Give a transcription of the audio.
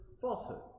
falsehood